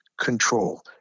control